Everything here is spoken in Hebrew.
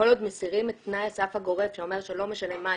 כל עוד מסירים את תנאי הסף הגורף שאומר שלא משנה מה,